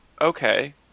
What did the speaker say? okay